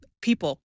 people